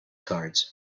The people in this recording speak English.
cards